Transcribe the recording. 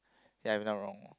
ya if I'm not wrong